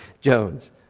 Jones